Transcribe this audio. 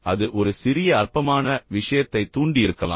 அது ஒரு சிறிய அற்பமான விஷயத்தைத் தூண்டியிருக்கலாம்